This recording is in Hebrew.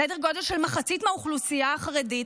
סדר גודל של מחצית מהאוכלוסייה החרדית,